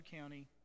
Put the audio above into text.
County